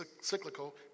cyclical